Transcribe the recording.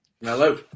Hello